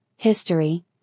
History